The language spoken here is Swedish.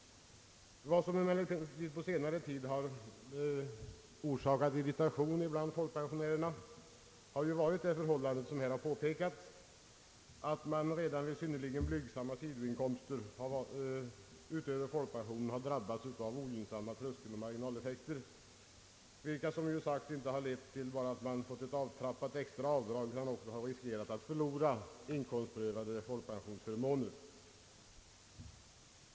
Vad som emellertid under senare tid har orsakat irritation bland folkpensionärerna har varit det förhållande, som här har påpekats, att man redan vid synnerligen blygsamma sidoinkomster utöver folkpensionen har drabbats av ogynnsamma =<:tröskelmarginaleffekter, vilka som sagt inte bara lett till att man fått ett avtrappat extra avdrag utan också medfört att man förlorat inkomstprövade folkpensionsförmåner.